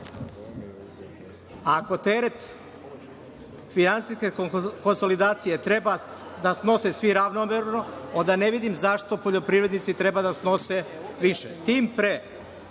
40%.Ako teret finansijske konsolidacije treba da snose svi ravnomerno, onda ne vidim zašto poljoprivrednici treba da snose više.